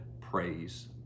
praise